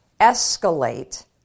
escalate